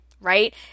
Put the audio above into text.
right